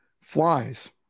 flies